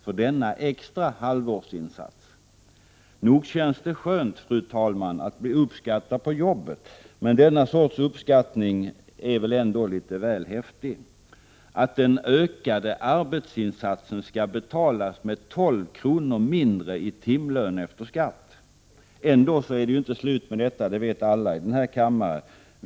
för denna extra halvårsinsats. Nog känns det skönt, fru talman, att bli uppskattad på jobbet, men denna sorts uppskattning är väl ändå litet väl häftig, när den ökade arbetsinsatsen betalas med 12 kr. mindre i timlön efter skatt. Ändå är det inte slut med detta — det vet alla i denna kammare.